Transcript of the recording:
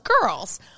girls